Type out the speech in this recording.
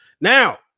Now